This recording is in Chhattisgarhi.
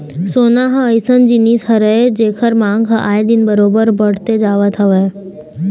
सोना ह अइसन जिनिस हरय जेखर मांग ह आए दिन बरोबर बड़ते जावत हवय